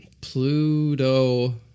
Pluto